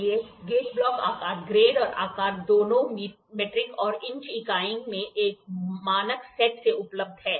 इसलिए gauge block आकार ग्रेड और आकार दोनों मीट्रिक और इंच इकाइयों में एक मानक सेट में उपलब्ध हैं